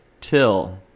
till